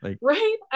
right